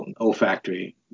olfactory